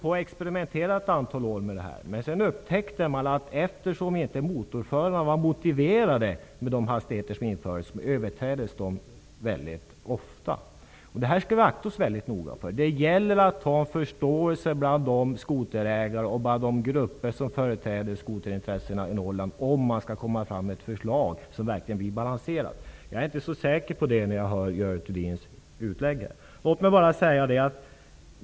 Man experimenterade ett antal år, men upptäckte sedan att hastighetsbegränsningarna överskreds mycket ofta eftersom förarna inte var motiverade att hålla de hastigheter som infördes. Vi skall akta oss väldigt noga så att inte samma sak händer vad gäller skotertrafiken. Det gäller att vinna förståelse bland de skoterägare och bland de grupper som företräder skoterintresset i Norrland om vi skall kunna få fram ett verkligt balanserat förslag. När jag hör Görel Thurdins inlägg är jag inte så säker på att hon förstår det.